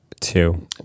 Two